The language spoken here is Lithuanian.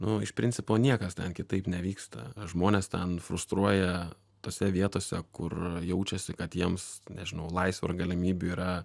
nu o iš principo niekas ten kitaip nevyksta žmonės ten frustruoja tose vietose kur jaučiasi kad jiems nežinau laisvių galimybių yra